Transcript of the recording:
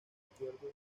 acuerdo